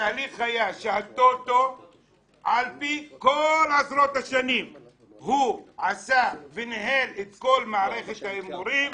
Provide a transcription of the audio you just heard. התהליך היה שהטוטו לפי כל עשרות השנים עשה וניהל את כל מערכת ההימורים,